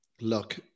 look